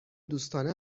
دوستانه